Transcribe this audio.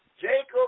Jacob